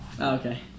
okay